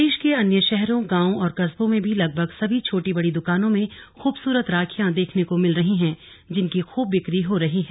प्रदेश के अन्य शहरों गांवों और कस्बों में भी लगभग सभी छोटी बड़ी दुकानों में खूबसूरत राखियां देखने को मिल रही हैं जिनकी खूब बिक्री हो रही है